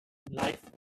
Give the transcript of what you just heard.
life